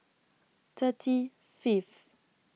thirty Fifth